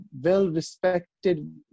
well-respected